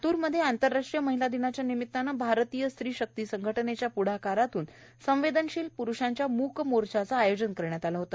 लात्रात आंतरराष्ट्रीय महिला दिनाच्या निमिताने भारतीय स्त्री शक्ती संघ नेच्या प्ढाकारातून संवेदनशील प्रुषांच्या मूक मोर्चाचे आयोजन करण्यात आले होते